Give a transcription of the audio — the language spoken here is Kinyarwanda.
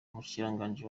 umushikiranganji